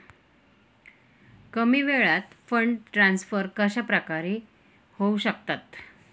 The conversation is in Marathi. कमी वेळात फंड ट्रान्सफर कशाप्रकारे होऊ शकतात?